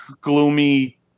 gloomy